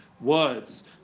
words